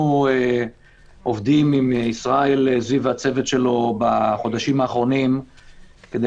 אנחנו עובדים עם ישראל זיו והצוות שלו בחודשים האחרונים כדי